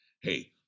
Hey